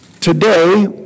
Today